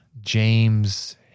James